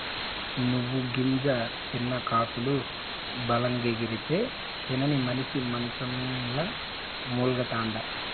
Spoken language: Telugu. నువ్వు గింజ తిన్న కాకులు బలంగెగిరితే, తినని మనిసి మంచంల మూల్గతండా